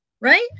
Right